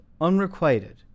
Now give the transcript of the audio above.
unrequited